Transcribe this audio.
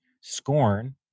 scorn